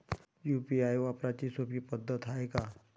UPI वापराची सोपी पद्धत हाय का?